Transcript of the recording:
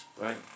right